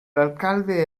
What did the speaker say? alcalde